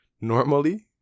normally